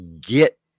get